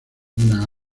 una